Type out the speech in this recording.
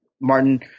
Martin